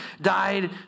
died